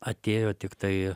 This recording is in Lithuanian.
atėjo tiktai